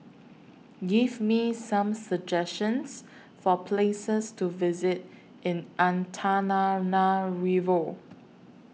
Give Me Some suggestions For Places to visit in Antananarivo